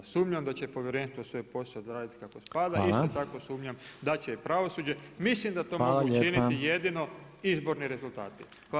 Sumnjam da će povjerenstvo svoj posao odraditi kako spada, isto tako sumnjam da će i pravosuđe, mislim da to mogu učiniti jedino izborni rezultati.